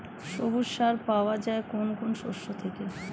সবুজ সার পাওয়া যায় কোন কোন শস্য থেকে?